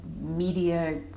media